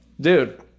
Dude